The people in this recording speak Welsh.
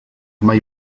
mae